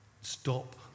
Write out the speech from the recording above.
stop